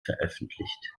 veröffentlicht